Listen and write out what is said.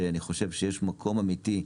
שאני חושב שיש מקום אמתי,